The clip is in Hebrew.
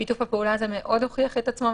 שיתוף הפעולה הזה מאוד הוכיח את עצמו.